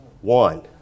one